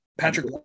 Patrick